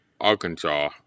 Arkansas